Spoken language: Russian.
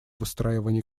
выстраивания